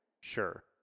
Sure